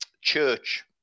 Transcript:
church